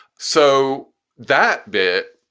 so that bet,